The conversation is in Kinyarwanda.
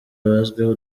bazwiho